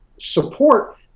support